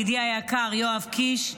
ידידי היקר יואב קיש,